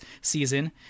season